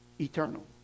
eternal